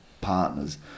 partners